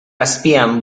azpian